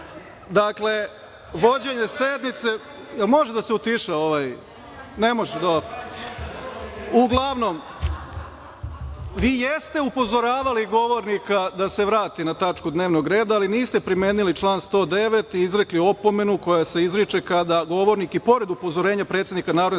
Dakle, vođenje sednice. Jel može da se utiša ovaj? Ne može, dobro. Vi jeste upozoravali govornika da se vrati na tačku dnevnog reda, ali niste primenili član 109. i izrekli opomenu koja se izriče kada govornik i pored upozorenja predsednika Narodne